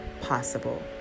possible